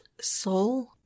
soul